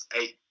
eight